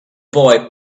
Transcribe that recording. boy